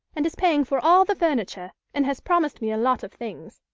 and is paying for all the furniture, and has promised me a lot of things.